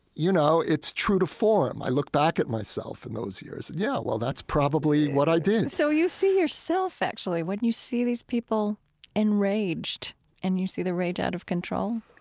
you know, it's true to form. i look back at myself in those years and, yeah, that's probably what i did so you see yourself, actually, when you see these people enraged and you see the rage out of control?